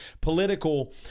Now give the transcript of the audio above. political